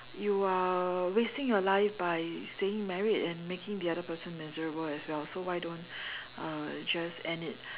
you are wasting your life by staying married and making the other person miserable as well so why don't uh just end it